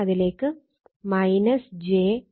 അതിലേക്ക് j 0